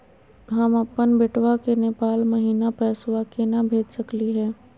हम अपन बेटवा के नेपाल महिना पैसवा केना भेज सकली हे?